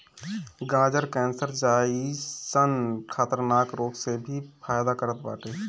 गाजर कैंसर जइसन खतरनाक रोग में भी फायदा करत बाटे